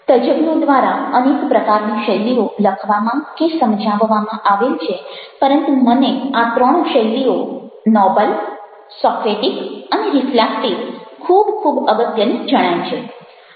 તજજ્ઞો દ્વારા અનેક પ્રકારની શૈલીઓ લખવામાં કે સમજાવવામાં આવેલ છે પરંતુ મને આ ત્રણ શૈલીઓ નોબલ સોક્રેટિક અને રિફ્લેક્ટિવ ખૂબ ખૂબ અગત્યની જણાય છે